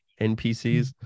NPCs